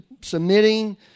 submitting